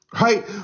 right